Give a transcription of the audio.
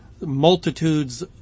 multitudes